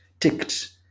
ticked